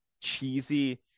cheesy